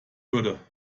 würde